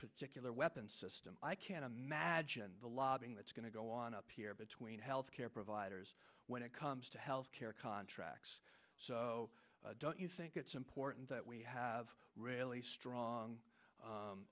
particular weapon system i can imagine the lobbying that's going to go on up here between health care providers when it comes to health care contracts so don't you think it's important that we have really strong